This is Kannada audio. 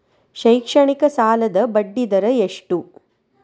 ಶೈಕ್ಷಣಿಕ ಸಾಲದ ಬಡ್ಡಿ ದರ ಎಷ್ಟು?